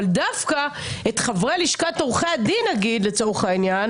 דווקא את חברי לשכת עורכי הדין נגיד לצורך העניין